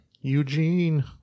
Eugene